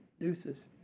Deuces